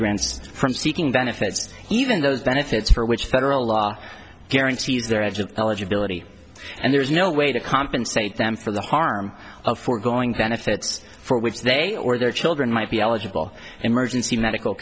immigrants from seeking benefits even those benefits for which federal law guarantees their edge of eligibility and there's no way to compensate them for the harm of foregoing benefits for which they or their children might be eligible emergency medical